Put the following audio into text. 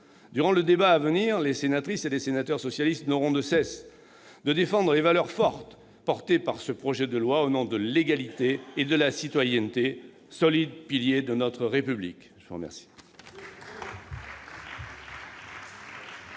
Durant le débat à venir, les sénatrices et les sénateurs socialistes n'auront de cesse de défendre les valeurs fortes portées par ce projet de loi, au nom de l'égalité et de la citoyenneté, solides piliers de notre République.